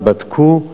בדקו.